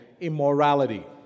immorality